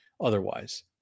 otherwise